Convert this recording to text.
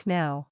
now